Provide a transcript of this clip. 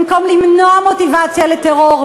במקום מוטיבציה לטרור,